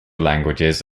languages